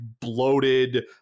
bloated